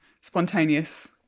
spontaneous